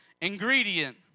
ingredient